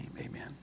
amen